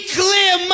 clear